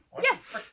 Yes